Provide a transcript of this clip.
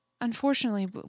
unfortunately